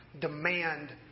demand